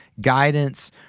guidance